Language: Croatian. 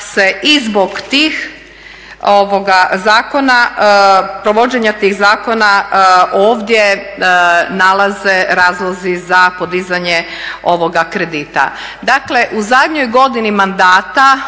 zbog tih zakona, provođenja tih zakona ovdje nalaze razlozi za podizanje ovoga kredita. Dakle u zadnjoj godini mandata